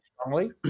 strongly